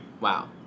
Wow